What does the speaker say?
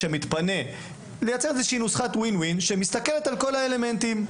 לייצר נוסחת win-win שמסתכלת על כל האלמנטים.